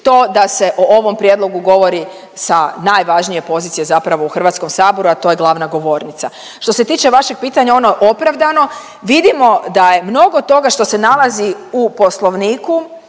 to da se o ovom prijedlogu govori sa najvažnije pozicije zapravo u Hrvatskom saboru, a to je glavna govornica. Što se tiče vašeg pitanja ono je opravdano. Vidimo da je mnogo toga što se nalazi u Poslovniku